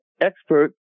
expert